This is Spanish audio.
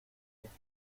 este